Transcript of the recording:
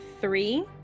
three